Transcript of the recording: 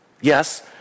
yes